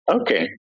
Okay